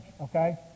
okay